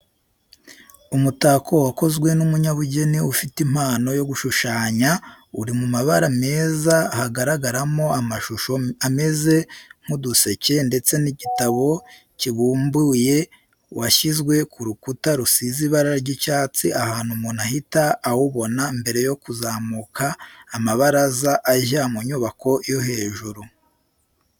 Umutako wakozwe n'umunyabugeni ufite impano yo gushushanya, uri mu mabara meza hagaragaramo amashusho ameze nk'uduseke ndetse n'igitabo kibumbuye, washyizwe ku rukuta rusize ibara ry'icyatsi ahantu umuntu ahita awubona mbere yo kuzamuka amabaraza ajya mu nyubako yo hejuru.